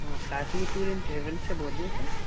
ہاں Qasmi tour and travel سے بول رہے سر